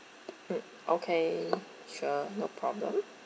mm okay sure no problem